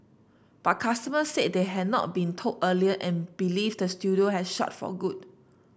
but customers said they had not been told earlier and believe the studio has shut for good